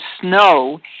snow